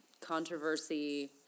controversy